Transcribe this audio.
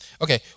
okay